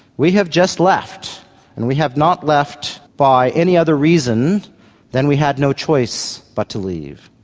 we have just left and we have not left by any other reason than we had no choice but to leave.